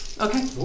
Okay